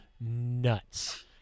nuts